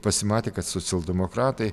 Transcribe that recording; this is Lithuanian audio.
pasimatė kad socialdemokratai